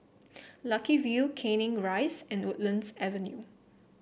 Lucky View Canning Rise and Woodlands Avenue